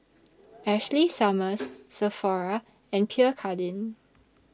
Ashley Summers Sephora and Pierre Cardin